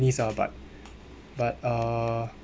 ah but but uh